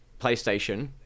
PlayStation